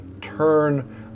turn